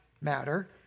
matter